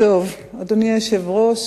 אדוני היושב-ראש,